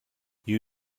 you